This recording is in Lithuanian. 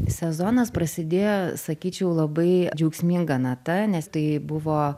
sezonas prasidėjo sakyčiau labai džiaugsminga nata nes tai buvo